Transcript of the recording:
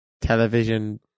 Television